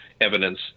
evidence